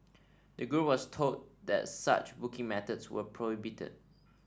the group was told that such booking methods were prohibited